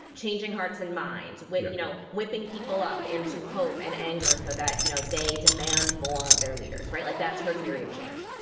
changing hearts and minds with, you know, whipping people up into hope and anger so that, you know, they demand more of their leaders. right. like that's her theory of change.